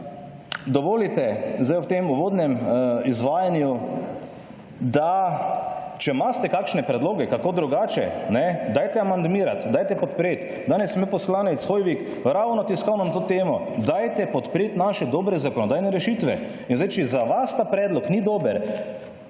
dovolite, zdaj v tem uvodnem izvajanju, da če imate kakšne predloge kako drugače, dajte amandmirate, dajte podpreti. Danes je imel poslanec Hoivik ravno tiskovno na to temo, dajte podpreti naše dobre zakonodajne rešitve. In zdaj, če za vas ta predlog ni dober,